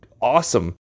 awesome